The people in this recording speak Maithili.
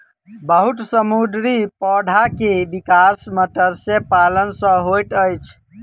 बहुत समुद्री पौधा के विकास मत्स्य पालन सॅ होइत अछि